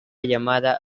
llamada